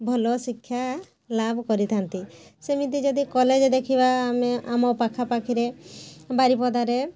ଭଲ ଶିକ୍ଷା ଲାଭ କରିଥାନ୍ତି ସେମିତି ଯଦି କଲେଜ୍ ଦେଖିବା ଆମେ ଆମ ପାଖା ପାଖିରେ ବାରିପଦାରେ